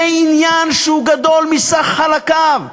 זה עניין שהוא גדול מסך חלקיו.